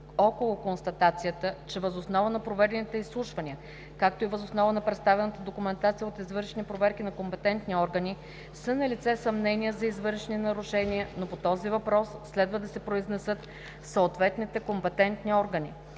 около констатацията, че въз основа на проведените изслушвания, както и въз основа на представената документация от извършени проверки на компетентни органи, са налице съмнения за извършени нарушения, но по този въпрос следва да се произнесат съответните компетентни органи.